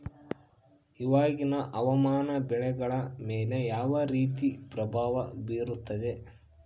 ಇವಾಗಿನ ಹವಾಮಾನ ಬೆಳೆಗಳ ಮೇಲೆ ಯಾವ ರೇತಿ ಪ್ರಭಾವ ಬೇರುತ್ತದೆ?